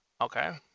Okay